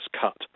cut